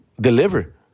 deliver